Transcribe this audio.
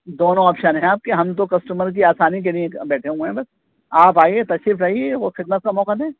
دونوں آپشن ہیں آپ کے ہم تو کسٹمر کی آسانی کے لیے بیٹھے ہوئے ہیں بس آپ آئیے تشریف لائیے اور خدمت کا موقع دیں